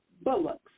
bullocks